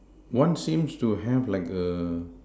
what seems to have like the